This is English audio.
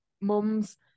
mums